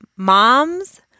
Moms